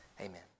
Amen